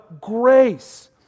grace